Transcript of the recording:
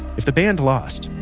if the band lost,